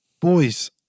Boys